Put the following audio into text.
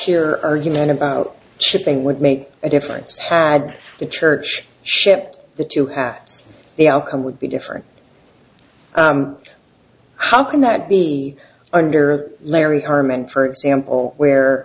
your argument about chipping would make a difference had the church shipped that you have the outcome would be different how can that be under larry are meant for example where